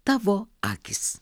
tavo akys